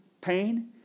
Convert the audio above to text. pain